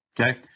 Okay